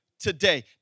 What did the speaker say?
today